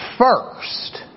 First